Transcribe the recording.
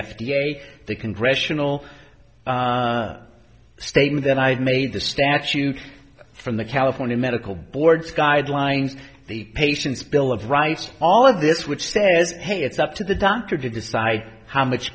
a the congressional statement that i made the statute from the california medical boards guidelines the patients bill of rights all of this which says hey it's up to the doctor to decide how much